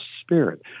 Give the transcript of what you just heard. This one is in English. spirit